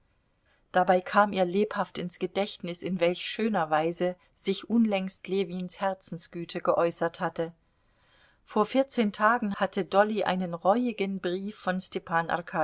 dabei kam ihr lebhaft ins gedächtnis in welch schöner weise sich unlängst ljewins herzensgüte geäußert hatte vor vierzehn tagen hatte dolly einen reuigen brief von stepan